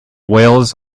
wales